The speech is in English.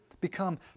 become